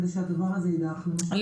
על מנת שהדבר ידעך --- יקירתי,